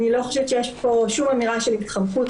אני לא חושבת שיש פה שום אמירה של התחמקות,